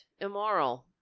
immoral